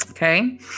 Okay